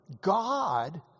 God